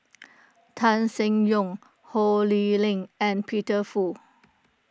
Tan Seng Yong Ho Lee Ling and Peter Fu